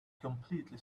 completely